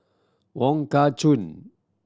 Wong Kah Chun